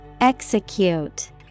Execute